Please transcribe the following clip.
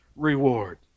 reward